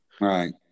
Right